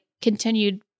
continued